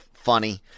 funny